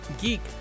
Geek